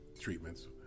treatments